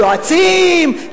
יועצים,